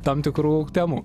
tam tikrų temų